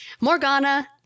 Morgana